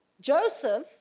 Joseph